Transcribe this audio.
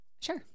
Sure